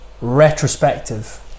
retrospective